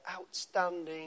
outstanding